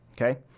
okay